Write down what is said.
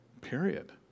period